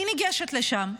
אני ניגשת לשם.